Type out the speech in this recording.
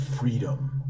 freedom